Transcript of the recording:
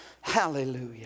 hallelujah